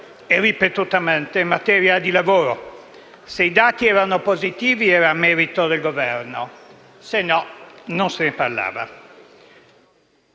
ripetutamente in materia di lavoro: se i dati erano positivi era merito del Governo, altrimenti non se ne parlava.